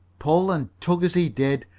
pull and tug as he did,